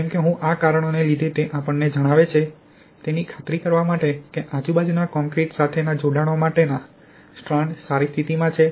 જેમ કે હું આ કારણોને લીધે તે આપણને જણાવે છે તેની ખાતરી કરવા માટે કે આજુબાજુના કોંક્રિટ સાથેના જોડાણ માટેના સ્ટ્રાન્ડ સારી સ્થિતિમાં છે